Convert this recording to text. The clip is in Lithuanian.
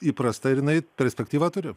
įprasta ir jinai perspektyvą turi